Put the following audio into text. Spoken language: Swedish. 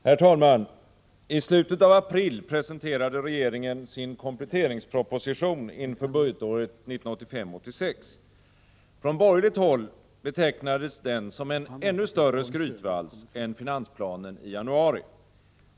Herr talman! I slutet av april presenterade regeringen sin kompletteringsproposition inför budgetåret 1985/86. Från borgerligt håll betecknades den som en ännu större skrytvals än finansplanen i januari.